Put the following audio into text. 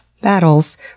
Battles